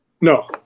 No